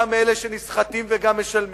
אתה מאלה שנסחטים וגם משלמים.